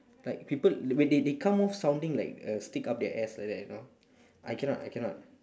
like people they they they come off sounding like a stick up their ass like that you know I cannot I cannot